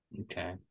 Okay